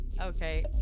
Okay